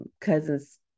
cousins